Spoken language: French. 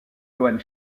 joan